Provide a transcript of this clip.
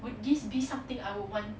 would this be something I would want